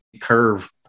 curve